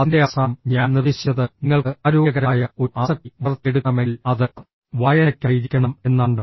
അതിന്റെ അവസാനം ഞാൻ നിർദ്ദേശിച്ചത് നിങ്ങൾക്ക് ആരോഗ്യകരമായ ഒരു ആസക്തി വളർത്തിയെടുക്കണമെങ്കിൽ അത് വായനയ്ക്കായിരിക്കണം എന്നാണ്